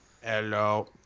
Hello